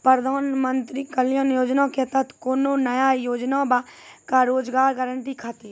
प्रधानमंत्री कल्याण योजना के तहत कोनो नया योजना बा का रोजगार गारंटी खातिर?